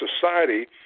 society